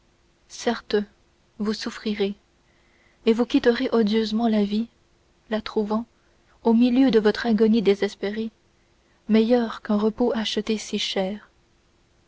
certes vous souffrirez et vous quitterez odieusement la vie la trouvant au milieu de votre agonie désespérée meilleure qu'un repos acheté si cher